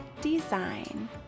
Design